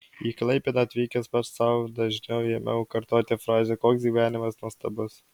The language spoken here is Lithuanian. į klaipėdą atvykęs pats sau dažniau ėmiau kartoti frazę koks gyvenimas nuostabus